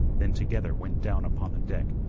then together went down upon the deck,